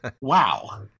Wow